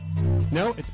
No